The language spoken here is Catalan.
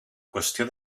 qüestió